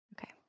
Okay